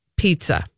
pizza